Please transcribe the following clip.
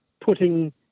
putting